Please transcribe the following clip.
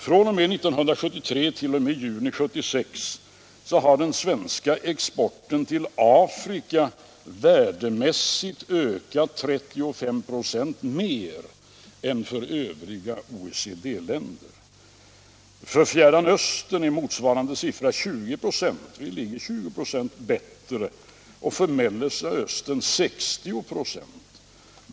From 1973 t o m juni 1976 har den svenska exporten till Afrika ökat 35 procent mer än för OECD-länderna i snitt. För Fjärran Östern är motsvarande siffra 20 procent” — vi ligger 20 26 bättre — ”och för Mellersta Östern 60 procent.